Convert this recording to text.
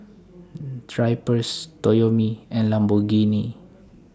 Drypers Toyomi and Lamborghini